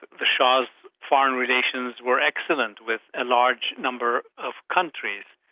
the shah's foreign relations were excellent with a large number of countries.